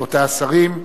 רבותי השרים,